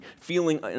feeling